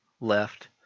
left